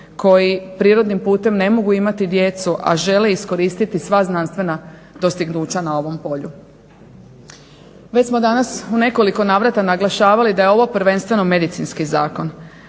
koji prirodnim putem ne mogu imati djeci, a žele iskoristiti sva znanstvena dostignuća na ovom polju. Već smo danas u nekoliko navrata naglašavali da je ovo prvenstveno medicinski zakon